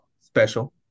Special